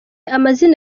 amazina